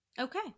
Okay